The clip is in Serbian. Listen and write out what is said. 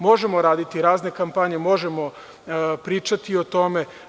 Možemo raditi razne kampanje, možemo pričati o tome.